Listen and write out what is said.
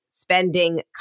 spending